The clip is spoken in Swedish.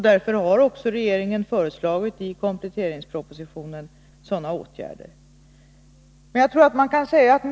Därför har också regeringen i kompletteringspropositionen föreslagit sådana åtgärder.